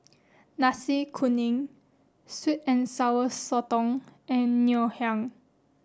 Nasi Kuning Sweet and Sour Sotong and Ngoh Hiang